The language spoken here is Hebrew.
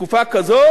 בתקופה כזו